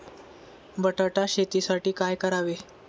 बटाटा शेतीसाठी काय करावे?